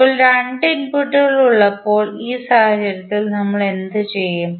ഇപ്പോൾ രണ്ട് ഇൻപുട്ടുകൾ ഉള്ളപ്പോൾ ഈ സാഹചര്യത്തിൽ നമ്മൾ എന്തു ചെയ്യും